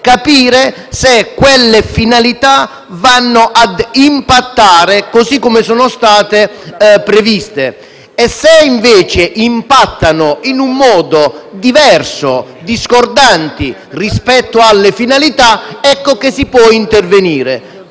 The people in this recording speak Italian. capire se quelle finalità vanno a impattare così come sono state previste. Se, invece, impattano in un modo diverso e discordante rispetto alle finalità, si può intervenire.